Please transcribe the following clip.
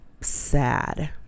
sad